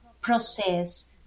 process